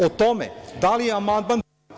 O tome da li je amandman…